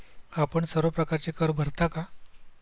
आपण सर्व प्रकारचे कर भरता का?